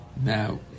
Now